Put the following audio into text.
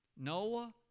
Noah